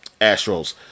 Astros